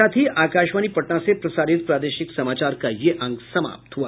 इसके साथ ही आकाशवाणी पटना से प्रसारित प्रादेशिक समाचार का ये अंक समाप्त हुआ